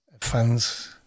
Fans